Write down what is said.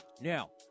Now